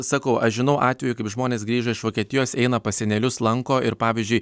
sakau aš žinau atvejų kaip žmonės grįžo iš vokietijos eina pas senelius lanko ir pavyzdžiui